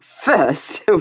first